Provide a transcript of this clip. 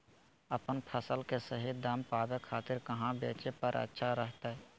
अपन फसल के सही दाम पावे खातिर कहां बेचे पर अच्छा रहतय?